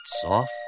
soft